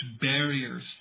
barriers